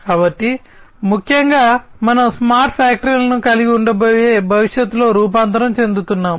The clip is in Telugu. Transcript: కాబట్టి ముఖ్యంగా మనం స్మార్ట్ ఫ్యాక్టరీలను కలిగి ఉండబోయే భవిష్యత్తులో రూపాంతరం చెందుతున్నాము